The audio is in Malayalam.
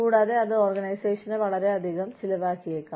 കൂടാതെ അത് ഓർഗനൈസേഷന് വളരെയധികം ചിലവാക്കിയേക്കാം